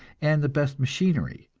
and the best machinery.